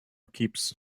keeps